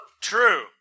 True